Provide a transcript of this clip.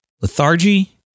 lethargy